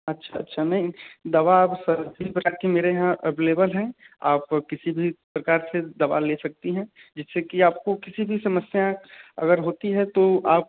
अच्छा अच्छा नहीं दवा सर सभी प्रकार के मेरे यहाँ अवेलेबल हैं आप किसी भी प्रकार से दवा ले सकती हैं जिससे कि आपको किसी भी समस्या अगर होती है तो आप